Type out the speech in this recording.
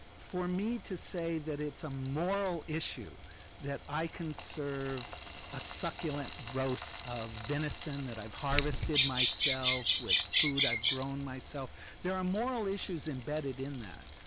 for me to say that it's a moral issue that i can serve a succulent roast of venison that i've harvested myself, with food i've grown myself. there are moral issues embedded in that,